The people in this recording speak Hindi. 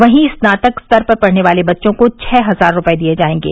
वहीं स्नातक स्तर पर पढ़ने वाले बच्चों को छह हजार रूपये दिये जायेंगे